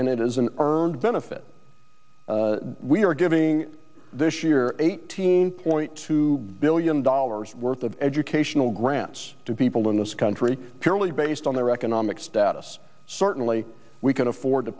and it is an earned benefit we are giving this year eighteen point two billion dollars worth of educational grants to people in this country purely based on their economic status certainly we can afford to